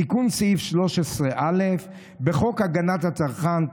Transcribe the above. תיקון סעיף 13א בחוק הגנת הצרכן,